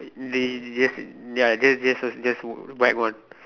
they yes ya just just just put white one